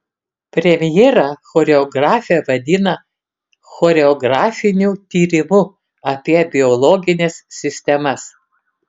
premjerą choreografė vadina choreografiniu tyrimu apie biologines sistemas